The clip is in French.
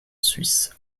suisse